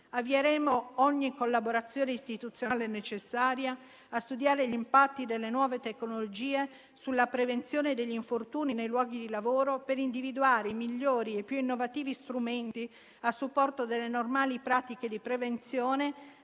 Avvieremo ogni collaborazione istituzionale necessaria a studiare gli impatti delle nuove tecnologie sulla prevenzione degli infortuni nei luoghi di lavoro, per individuare i migliori e più innovativi strumenti a supporto delle normali pratiche di prevenzione,